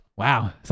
Wow